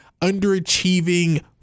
underachieving